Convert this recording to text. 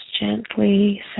gently